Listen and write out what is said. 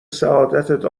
سعادت